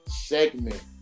segment